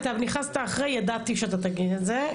אתה נכנסת אחרי וידעתי שאתה תגיד את זה,